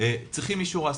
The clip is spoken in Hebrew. שצריכים אישור העסקה.